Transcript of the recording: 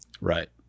Right